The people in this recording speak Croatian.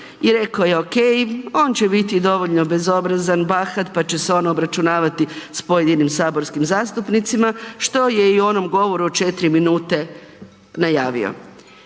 i rekao ok, on će biti dovoljno bezobrazan, bahat, pa će se on obračunavati s pojedinim saborskim zastupnicima, što je i u onom govoru od 4 minute najavio.